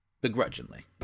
begrudgingly